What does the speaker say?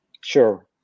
sure